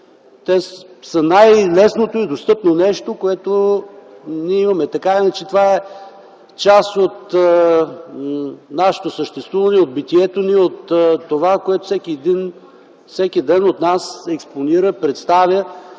Те са най-лесното и достъпно нещо, което имаме. Така или иначе това е част от нашето съществуване, от битието ни, от това, което всеки от нас всеки ден експонира, представя,